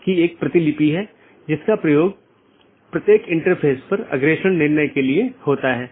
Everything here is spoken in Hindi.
इसलिए यह महत्वपूर्ण है और मुश्किल है क्योंकि प्रत्येक AS के पास पथ मूल्यांकन के अपने स्वयं के मानदंड हैं